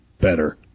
better